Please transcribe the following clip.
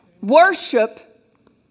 Worship